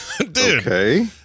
okay